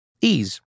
Ease